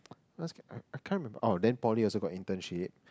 I can't remember oh then poly also got internship